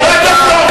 חבר הכנסת הורוביץ,